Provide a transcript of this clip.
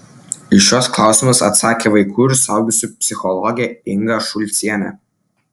į šiuos klausimus atsakė vaikų ir suaugusiųjų psichologė inga šulcienė